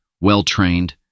well-trained